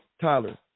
Tyler